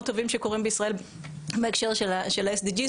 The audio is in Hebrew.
טובים שקורים בישראל בהקשר של ה-SDG,